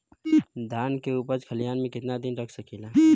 धान के उपज खलिहान मे कितना दिन रख सकि ला?